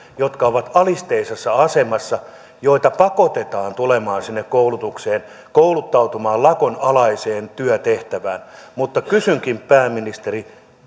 jotka ovat alisteisessa asemassa joita pakotetaan tulemaan sinne koulutukseen kouluttautumaan lakon alaiseen työtehtävään mutta kysynkin pääministeri